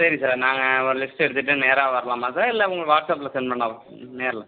சரி சார் நாங்கள் ஒரு லிஸ்ட் எடுத்துகிட்டு நேராக வரலாமா சார் இல்லை உங்களுக்கு வாட்ஸப்பில் சென்ட் பண்ணிணா நேரில்